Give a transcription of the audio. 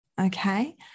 okay